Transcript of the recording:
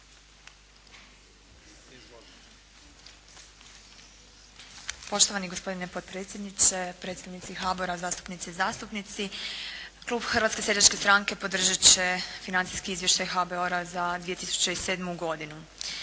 Poštovani gospodine potpredsjedniče, predstavnici HABOR-a, zastupnice i zastupnici Klub Hrvatske seljačke stranke podržat će financijski izvještaj HBOR-a za 2007. godinu.